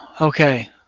Okay